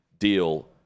deal